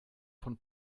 von